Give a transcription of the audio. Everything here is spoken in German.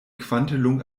quantelung